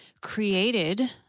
created